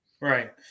Right